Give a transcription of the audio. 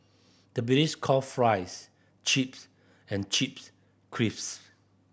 the call fries chips and chips crisps